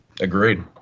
Agreed